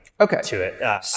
Okay